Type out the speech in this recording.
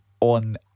on